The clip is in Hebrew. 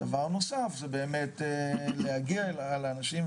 דבר נוסף זה בעצם להגיע לאנשים,